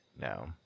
No